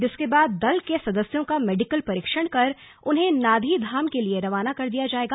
जिसके बाद दल के सदस्यों का मेडिकल परीक्षण कर उन्हें नाधी धाम के लिए रवाना कर दिया जाएगा